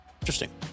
Interesting